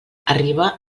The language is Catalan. arriba